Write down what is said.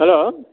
hello